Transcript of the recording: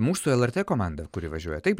mūsų lrt komanda kuri važiuoja taip